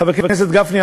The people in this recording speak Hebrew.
חבר הכנסת גפני,